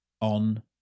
on